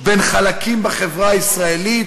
בין חלקים בחברה הישראלית.